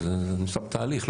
זה תהליך.